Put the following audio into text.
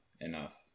enough